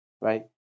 Right